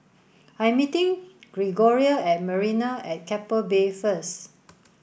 I am meeting Gregoria at Marina at Keppel Bay first